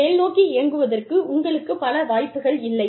மேல்நோக்கி இயங்குவதற்கு உங்களுக்கு பல வாய்ப்புகள் இல்லை